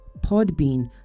Podbean